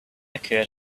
occur